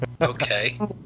Okay